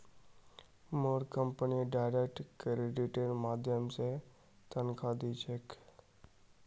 मोर company direct क्रेडिटेर माध्यम स तनख़ा दी छेक